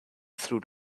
through